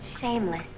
Shameless